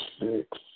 six